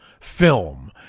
film